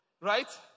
Right